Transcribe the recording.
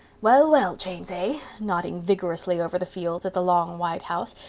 well, well, james a, nodding vigorously over the fields at the long white house,